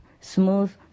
smooth